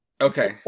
okay